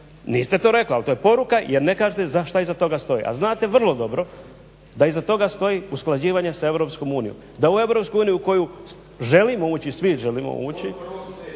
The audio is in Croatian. niste to rekli, ali to je poruka jer ne kažete što iza toga stoji a znate vrlo dobro da iza toga stoji usklađivanje sa EU. Da u EU u koju želimo ući, svi želimo ući,